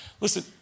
Listen